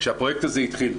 כשהפרויקט הזה החל,